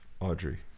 Audrey